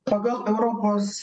pagal europos